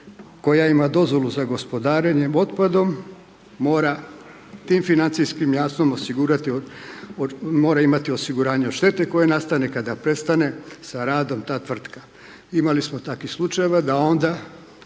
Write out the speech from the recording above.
koja ima dozvolu za gospodarenjem otpadom, mora tim financijskim jamstvom osigurati, mora imati osiguranje od štete koje nastane kada prestane sa radom ta tvrtka. Imali smo takvih slučajeva da onda